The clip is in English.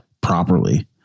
properly